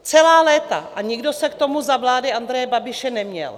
Celá léta a nikdo se k tomu za vlády Andreje Babiše neměl.